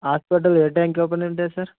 hospital ఏ టైమ్కి open ఉంటుంది సార్